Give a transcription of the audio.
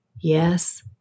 yes